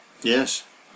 Yes